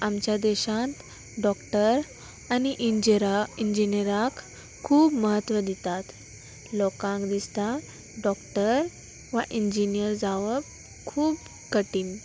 आमच्या देशांत डॉक्टर आनी इंजराक इंजिनियराक खूब म्हत्व दितात लोकांक दिसता डॉक्टर वा इंजिनियर जावप खूब कठीन